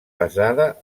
pesada